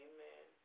Amen